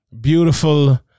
beautiful